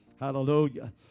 Hallelujah